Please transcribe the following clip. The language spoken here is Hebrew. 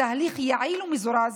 בתהליך יעיל ומזורז,